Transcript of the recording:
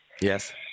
Yes